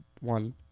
one